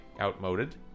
outmoded